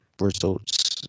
results